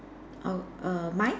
oh err mine